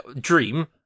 dream